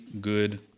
good